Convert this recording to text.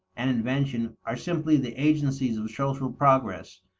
and invention are simply the agencies of social progress,